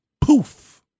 Poof